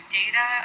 data